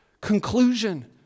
conclusion